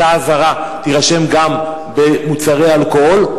אותה אזהרה תירשם גם לגבי מוצרי אלכוהול.